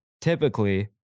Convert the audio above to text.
typically